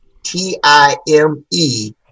T-I-M-E